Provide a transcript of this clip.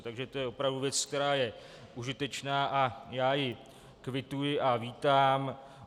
Takže to je opravdu věc, která je užitečná, a já ji kvituji a vítám.